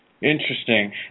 Interesting